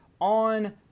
on